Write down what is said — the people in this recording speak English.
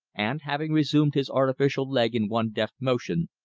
and, having resumed his artificial leg in one deft motion,